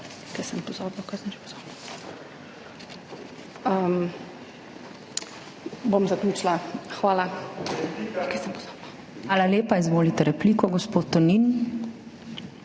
Hvala lepa. Izvolite repliko, gospod Tonin.